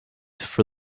for